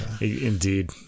indeed